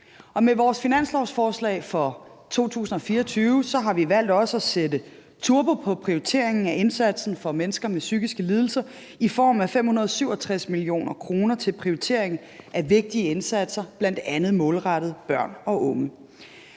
Med vores finanslovsforslag for 2024 har vi også valgt at sætte turbo på prioriteringen af indsatsen for mennesker med psykiske lidelser i form af 567 mio. kr. til en prioritering af vigtige indsatser, bl.a. målrettet børn og unge.